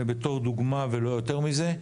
בתור דוגמה ולא יותר מזה.